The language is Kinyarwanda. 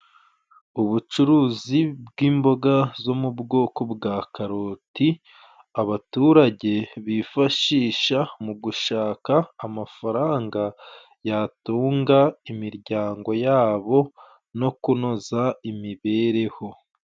Ubucuruzi bw'imboga zo mu bwoko bwa karoti, abaturage bifashisha mu gushaka amafaranga yatunga imiryango yabo no kunoza imibereho.